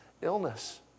illness